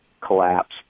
collapse